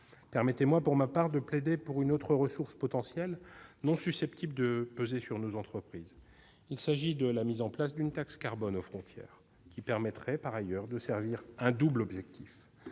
Permettez-moi, pour ma part, de plaider pour une autre ressource potentielle, non susceptible de peser sur nos entreprises. Il s'agit de la mise en place d'une taxe carbone aux frontières, qui permettrait par ailleurs de servir un double objectif